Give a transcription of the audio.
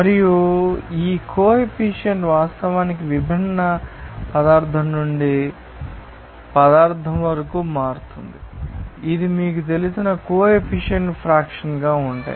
మరియు ఈ coefficient వాస్తవానికి విభిన్న పదార్ధం నుండి పదార్ధం నుండి పదార్ధం వరకు మారుతూ ఉంటాయి ఇది మీకు తెలిసిన కో ఎఫిసియెంట్ ఫ్రాక్షన్ గా ఉంటాయి